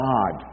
God